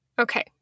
Okay